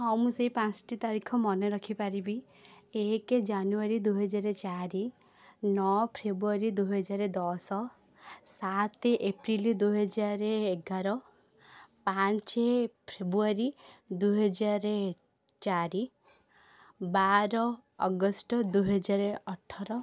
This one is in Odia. ହଁ ମୁଁ ସେଇ ପାଞ୍ଚଟି ତାରିଖ ମନେ ରଖିପାରିବି ଏକ ଜାନୁୟାରୀ ଦୁଇହଜାର ଚାରି ନଅ ଫେବୃୟାରୀ ଦୁଇହଜାର ଦଶ ସାତ ଏପ୍ରିଲ ଦୁଇହଜାର ଏଗାର ପାଞ୍ଚ ଫେବୃୟାରୀ ଦୁଇହଜାର ଚାରି ବାର ଅଗଷ୍ଟ ଦୁଇହଜାର ଅଠର